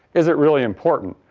is it really important?